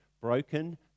broken